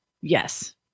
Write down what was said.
Yes